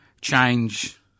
change